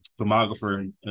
filmographer